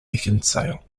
beckinsale